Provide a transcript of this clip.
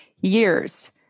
years